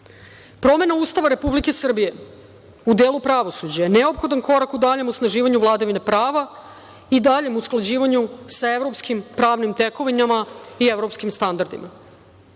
Promena Ustava Republike Srbije u delu pravosuđa je neophodan korak u daljem osnaživanju vladavine prava i daljem usklađivanju sa evropskim pravnim tekovinama i evropskim standardima.U